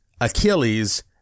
Achilles